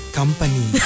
company